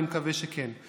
אני מקווה שכן.